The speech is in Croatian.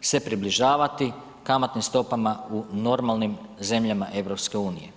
se približavati kamatnim stopama u normalnim zemljama EU.